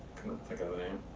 think of the name